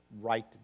right